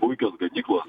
puikios ganyklos